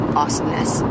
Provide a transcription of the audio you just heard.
awesomeness